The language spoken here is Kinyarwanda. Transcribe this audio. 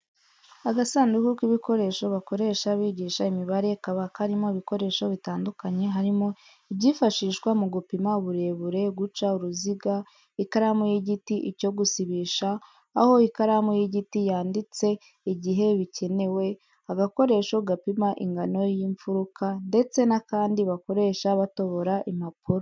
Agasanduka k'ibikoresho bakoresha bigisha imibare kaba karimo ibikoresho bitandukanye harimo ibyifashishwa mu gupima uburebure, guca uruziga, ikaramu y'igiti, icyo gusibisha aho ikaramu y'igiti yanditse igihe bikenewe, agakoresho gapima ingano y'imfuruka ndetse n'akandi bakoresha batobora impapuro.